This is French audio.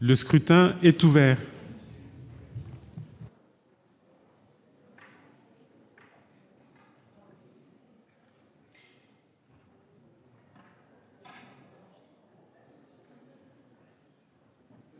Le scrutin est ouvert.